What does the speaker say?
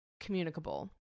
communicable